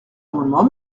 amendement